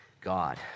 God